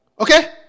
Okay